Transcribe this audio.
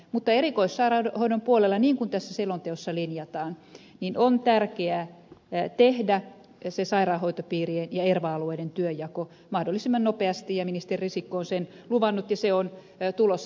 mutta erikoissairaanhoidon puolella niin kuin tässä selonteossa linjataan on tärkeää tehdä se sairaanhoitopiirien ja erva alueiden työnjako mahdollisimman nopeasti ja ministeri risikko on sen luvannut ja se on tulossa